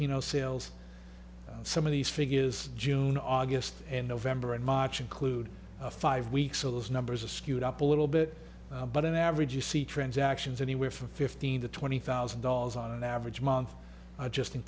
kino sales some of these figures june august and november and march include a five week so those numbers are skewed up a little bit but on average you see transactions anywhere from fifteen to twenty thousand dollars on an average month i just